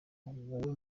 wowe